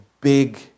big